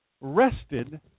Rested